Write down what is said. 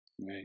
Right